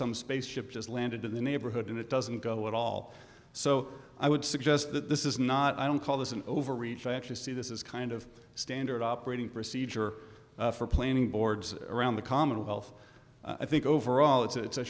some space ship just landed in the neighborhood and it doesn't go at all so i would suggest that this is not i don't call this an overreach i actually see this is kind of standard operating procedure for planning boards around the commonwealth i think overall it's a